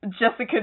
Jessica